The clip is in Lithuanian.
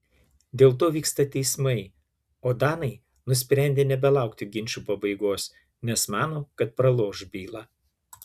dėl to vyksta teismai o danai nusprendė nebelaukti ginčų pabaigos nes mano kad praloš bylą